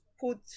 put